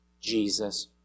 Jesus